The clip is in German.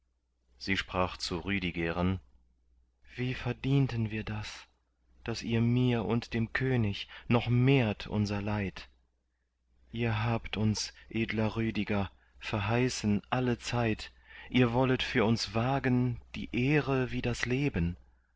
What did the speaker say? sie sprach zu rüdigeren wie verdienten wir das daß ihr mir und dem könig noch mehrt unser leid ihr habt uns edler rüdiger verheißen allezeit ihr wollet für uns wagen die ehre wie das leben